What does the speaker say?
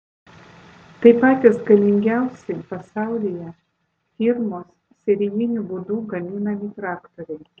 tai patys galingiausi pasaulyje firmos serijiniu būdu gaminami traktoriai